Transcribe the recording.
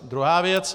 Druhá věc.